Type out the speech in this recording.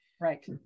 right